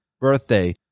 birthday